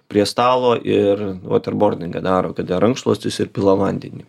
prie stalo ir vat ir bordingą daro kada rankšluostis ir pila vandenį